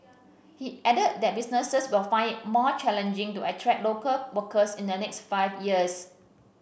he added that businesses will find it more challenging to attract local workers in the next five years